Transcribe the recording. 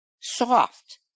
soft